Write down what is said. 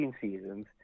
seasons